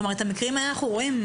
כלומר, את המקרים האלה אנחנו רואים.